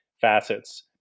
facets